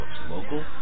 local